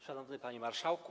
Szanowny Panie Marszałku!